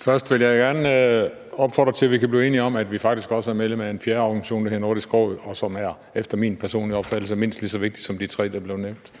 Først vil jeg gerne opfordre til, at vi kan blive enige om, at vi faktisk også er medlem af en fjerde organisation, der hedder Nordisk Råd, og som efter min personlige opfattelse er mindst lige så vigtig som de tre, der er blevet nævnt,